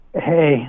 Hey